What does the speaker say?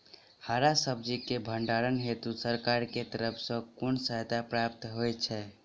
हरा सब्जी केँ भण्डारण हेतु सरकार की तरफ सँ कुन सहायता प्राप्त होइ छै?